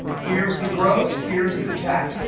here's the gross. here's the tax.